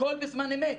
הכול בזמן אמת.